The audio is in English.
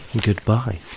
Goodbye